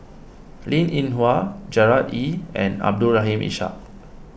Linn in Hua Gerard Ee and Abdul Rahim Ishak